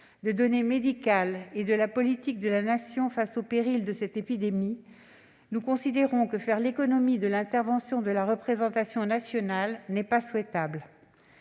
de données médicales et de la politique de la Nation face au péril de cette épidémie, nous considérons que faire l'économie de l'intervention de la représentation nationale n'est pas souhaitable.